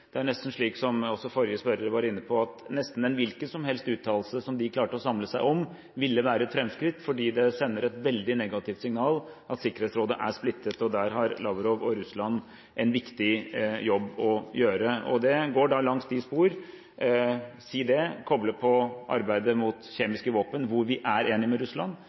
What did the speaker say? Det er nesten slik – som også forrige spørrer var inne på – at nesten en hvilken som helst uttalelse som de klarte å samle seg om, ville være et fremskritt, fordi det sender et veldig negativt signal at Sikkerhetsrådet er splittet. Og der har Lavrov og Russland en viktig jobb å gjøre. Det går langs de spor – for å si det – koblet på arbeidet mot kjemiske våpen, hvor vi er enige med